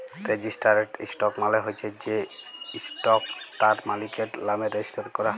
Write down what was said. registered stock মালে হচ্যে যে ইসটকট তার মালিকের লামে রেজিস্টার ক্যরা